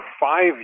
five